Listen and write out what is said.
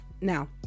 Now